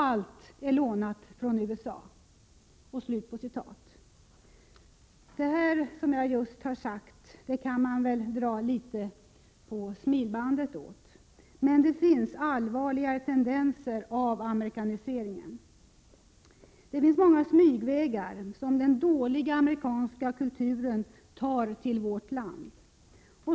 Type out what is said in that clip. Allt är lånat från USA.” Det nyss anförda kan man väl dra litet på smilbandet åt, men det finns allvarligare tendenser av amerikaniseringen. Det finns många smygvägar som den dåliga amerikanska kulturen tar till vårt land.